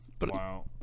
Wow